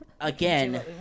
again